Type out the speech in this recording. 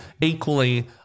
equally